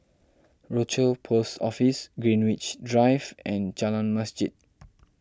Rochor Post Office Greenwich Drive and Jalan Masjid